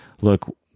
look